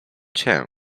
cię